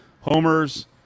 homers